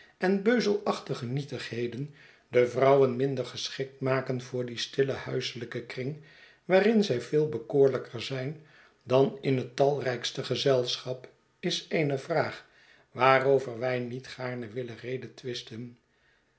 en beuzelachtige nietigheden de vrouwen minder geschikt maken voor dien stillen huiselijken kring waarin zij veel bekoorlijker zijn dan in het talrijkste gezelschap is eene vraag waarover wij niet gaarne willen